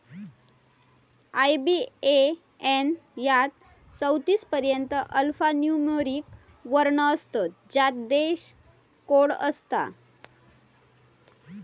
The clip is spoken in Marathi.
आय.बी.ए.एन यात चौतीस पर्यंत अल्फान्यूमोरिक वर्ण असतत ज्यात देश कोड असता